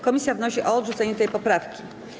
Komisja wnosi o odrzucenie tej poprawki.